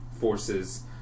forces